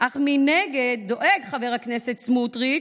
אך מנגד דואג חבר הכנסת סמוטריץ',